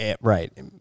Right